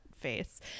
face